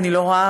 אני לא רואה,